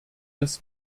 des